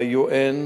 מה שמדהים בעיני,